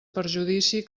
perjudici